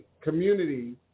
community